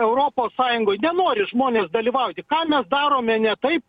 europos sąjungoj nenori žmonės dalyvauti ką mes darome ne taip